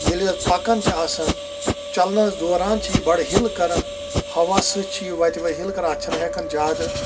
ییٚلہِ حظ پَکان چھ آسان چَلنس دوران چھِ یہِ بَڑٕ ہِلہٕ کَران ہَوا سۭتۍ چھِ یہِ وَتہِ وَتہِ ہِلہٕ کَران اتھ چھِنہٕ ہیٚکان زیادٕ